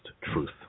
truth